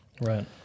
Right